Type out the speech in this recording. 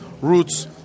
roots